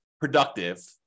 productive